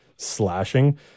slashing